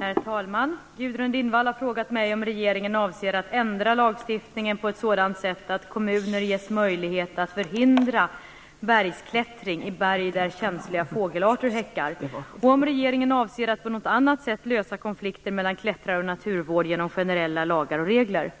Herr talman! Gudrun Lindvall har frågat mig om regeringen avser att ändra lagstiftningen på ett sådant sätt att kommuner ges möjlighet att förhindra bergsklättring i berg där känsliga fågelarter häckar och om regeringen avser att på något annat sätt lösa konflikter mellan klättrare och naturvård genom generella lagar och regler.